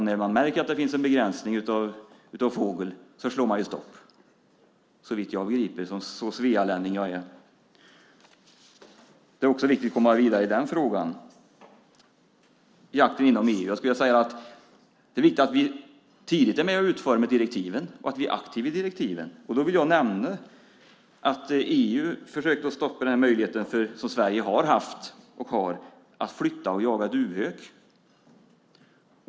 När man märker en begränsning av fågel slår man stopp, såvitt jag begriper så svealänning jag är. Det är viktigt att komma vidare också i den frågan. Det är viktigt att vi tidigt är med och utformar direktiven och är aktiva i direktiven när det gäller jakten inom EU. EU försökte stoppa Sveriges möjlighet att flytta och jaga duvhök.